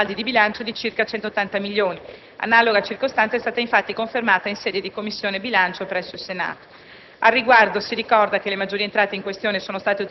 di 220 milioni, con un beneficio sui saldi di bilancio di circa 180 milioni. Analoga circostanza è stata infatti confermata in sede di Commissione bilancio presso il Senato.